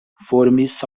formis